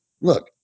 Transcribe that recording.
look